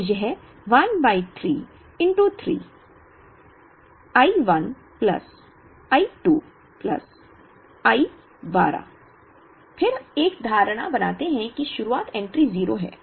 तो यह 1 by 3 3 I 1 plus I 2 plus I 12 फिर हम एक धारणा बनाते हैं कि शुरुआत इन्वेंट्री 0 है